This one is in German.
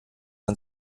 man